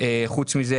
חוץ מזה